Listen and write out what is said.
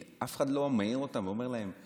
אף אחד לא מעיר אותם ואומר להם?